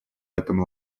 этом